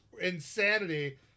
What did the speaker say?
insanity